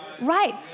Right